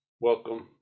Welcome